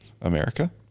America